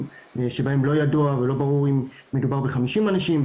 שבהם לא ידוע ולא ברור אם מדובר ב-50 אנשים,